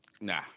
Nah